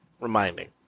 reminding